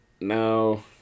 no